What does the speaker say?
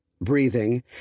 breathing